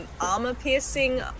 armor-piercing